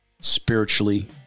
spiritually